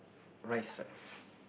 rice